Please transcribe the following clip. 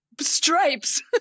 stripes